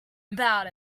about